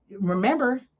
Remember